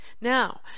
Now